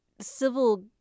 Civil